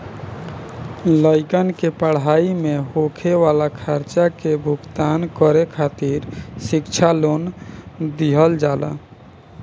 लइकन के पढ़ाई में होखे वाला खर्चा के भुगतान करे खातिर शिक्षा लोन दिहल जाला